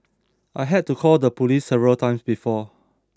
I had to call the police several times before